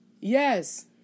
Yes